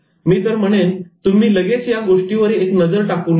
मी तर म्हणेन तुम्ही लगेच या गोष्टीवर एक नजर टाकून घ्या